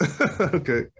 okay